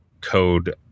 code